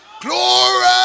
Glory